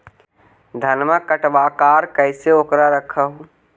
धनमा कटबाकार कैसे उकरा रख हू?